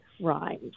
rhymes